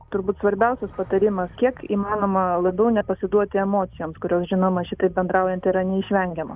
turbūt svarbiausias patarimas kiek įmanoma labiau nepasiduoti emocijoms kurios žinoma šitaip bendraujant yra neišvengiamo